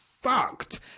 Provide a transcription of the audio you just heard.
fucked